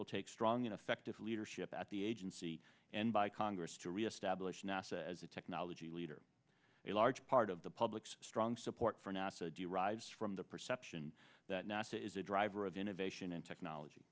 will take strong in effect of leadership at the agency and by congress to reestablish nasa as a technology leader a large part of the public's strong support for nasa derives from the perception that nasa is a driver of innovation and technology